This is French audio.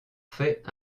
fait